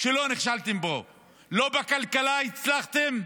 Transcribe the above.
שלא נכשלתם בו: בכלכלה לא הצלחתם,